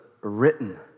written